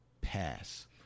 pass